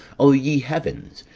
o ye heavens,